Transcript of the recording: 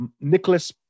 Nicholas